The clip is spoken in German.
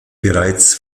bereits